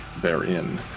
therein